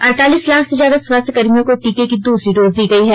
अडतालीस लाख से ज्यादा स्वास्थ्यकर्मियों को टीके की दूसरी डोज दी गयी है